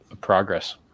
progress